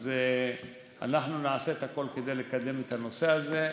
אז אנחנו נעשה הכול כדי לקדם את הנושא הזה,